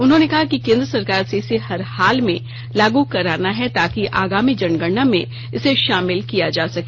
उन्होंने कहा कि केंद्र सरकार से इसे हर हाल में लागू कराना है ताकि आगामी जनगणना में इसे शामिल किया जा सके